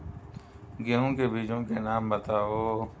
गेहूँ के बीजों के नाम बताओ?